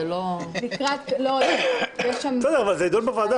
זה יידון בוועדה.